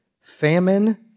Famine